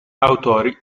autori